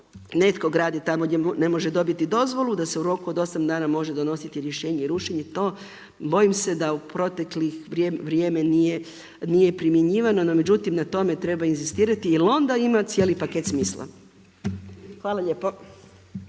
netko gradi tamo gdje ne može dobiti dozvolu da se u roku od 8 dana može donositi rješenje i rušenje. To bojim se da u proteklo vrijeme nije primjenjivano no međutim na tome treba inzistirati jer onda ima cijeli paket smisla. Hvala lijepo.